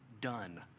Done